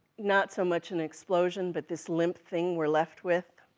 not so much an explosion, but this limp thing we're left with,